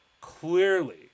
clearly